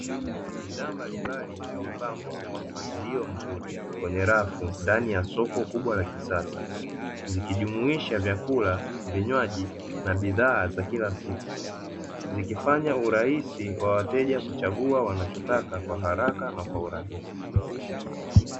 Bidhaa mbalimbali zimepangwa kwa mpangilio mzuri kwenye rafu ndani ya soko kubwa la kisasa zikijumuisha Vyakula, Vinywaji na bidhaa za kila siku, zikifanya urahisi wawateja kuchagua wanachotaka kwa haraka na kwa urahisi.